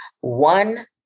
One